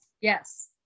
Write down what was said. Yes